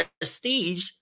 prestige